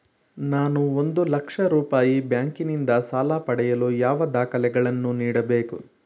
ನಾನು ಒಂದು ಲಕ್ಷ ರೂಪಾಯಿ ಬ್ಯಾಂಕಿನಿಂದ ಸಾಲ ಪಡೆಯಲು ಯಾವ ದಾಖಲೆಗಳನ್ನು ನೀಡಬೇಕು?